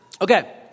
Okay